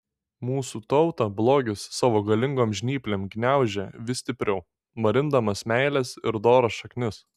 mūsų tautą blogis savo galingom žnyplėm gniaužia vis stipriau marindamas meilės ir doros šaknis